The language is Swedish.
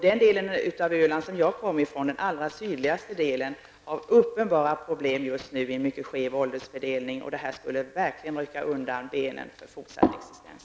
Den del av Öland som jag kommer från, den allra sydligaste delen, har uppenbara problem med en mycket skev åldersfördelning. Det här skulle verkligen rycka undan benen för fortsatt existens.